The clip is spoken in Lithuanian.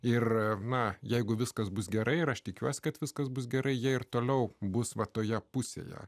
ir na jeigu viskas bus gerai ir aš tikiuosi kad viskas bus gerai jie ir toliau bus va toje pusėje